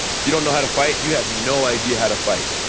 if you don't know how to fight, you have no idea how to fight,